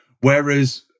whereas